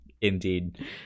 indeed